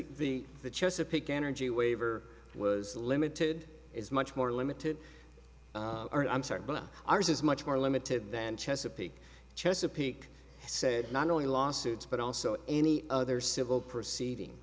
the the chesapeake energy waiver was limited is much more limited and i'm sorry but ours is much more limited than chesapeake chesapeake said not only lawsuits but also any other civil proceeding